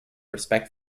respect